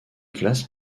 classe